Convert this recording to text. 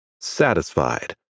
satisfied